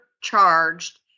charged